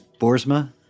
Borsma